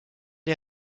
les